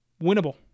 winnable